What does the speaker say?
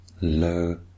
low